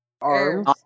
Arms